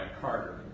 Carter